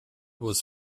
was